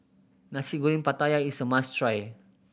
Nasi Goreng Pattaya is a must try